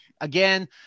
Again